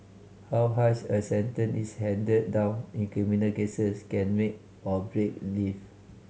how harsh a sentence is handed down in criminal cases can make or break live